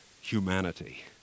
humanity